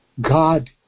God